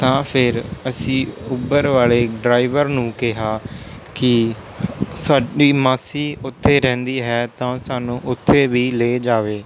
ਤਾਂ ਫਿਰ ਅਸੀਂ ਊਬਰ ਵਾਲੇ ਡਰਾਈਵਰ ਨੂੰ ਕਿਹਾ ਕਿ ਸਾਡੀ ਮਾਸੀ ਉੱਥੇ ਰਹਿੰਦੀ ਹੈ ਤਾਂ ਸਾਨੂੰ ਉੱਥੇ ਵੀ ਲੈ ਜਾਵੇ